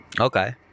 okay